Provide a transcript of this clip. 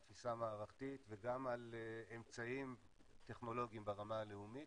על תפיסה מערכתית וגם על אמצעים טכנולוגיים ברמה הלאומית.